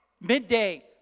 midday